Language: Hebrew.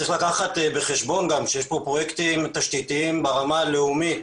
צריך לקחת בחשבון גם שיש כאן פרויקטים תשתיתיים ברמה הלאומית